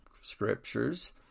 scriptures